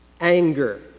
anger